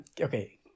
okay